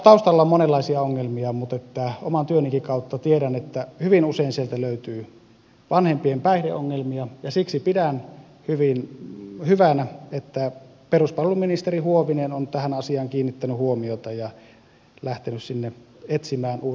taustalla on monenlaisia ongelmia mutta oman työnikin kautta tiedän että hyvin usein sieltä löytyy vanhempien päihdeongelmia ja siksi pidän hyvänä että peruspalveluministeri huovinen on tähän asiaan kiinnittänyt huomiota ja lähtenyt etsimään uudenlaisia keinoja puuttua myös tähän ongelmaan